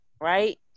Right